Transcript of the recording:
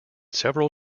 several